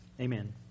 Amen